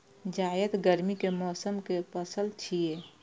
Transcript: जायद गर्मी के मौसम के पसल छियै